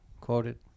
quoted